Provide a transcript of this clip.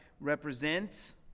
represent